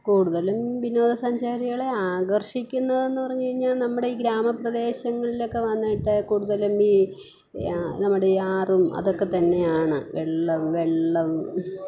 കൂടുതലും വിനോദസഞ്ചാരികളെ ആകർഷിക്കുന്നതെന്ന് പറഞ്ഞു കഴിഞ്ഞാൽ നമ്മുടെ ഈ ഗ്രാമ പ്രദേശങ്ങളിലൊക്കെ വന്നിട്ട് കൂടുതലും ഈ നമ്മുടെ ഈ ആറും അതൊക്കെ തന്നെയാണ് വെള്ളവും വെള്ളവും